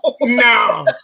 No